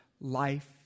Life